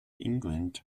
england